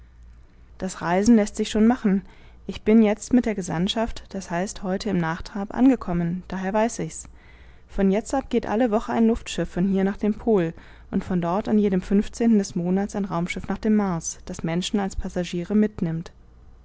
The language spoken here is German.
das reisen läßt sich schon machen ich bin jetzt mit der gesandtschaft das heißt heute im nachtrab angekommen daher weiß ich's von jetzt ab geht alle wochen ein luftschiff von hier nach dem pol und von dort an jedem fünfzehn des monats ein raumschiff nach dem mars das menschen als passagiere mitnimmt